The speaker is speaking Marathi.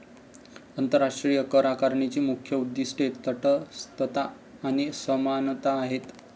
आंतरराष्ट्रीय करआकारणीची मुख्य उद्दीष्टे तटस्थता आणि समानता आहेत